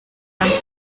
ganz